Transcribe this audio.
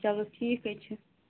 چلو ٹھیٖک حظ چھُ